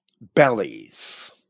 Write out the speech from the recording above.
bellies